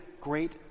great